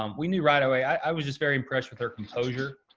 um we knew right away i was just very impressed with her composure.